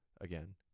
Again